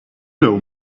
know